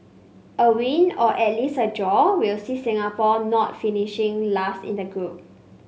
a win or at least a draw will see Singapore not finishing last in the group